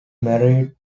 married